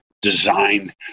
Design